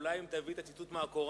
אולי תביא את הציטוט מהקוראן.